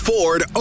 Ford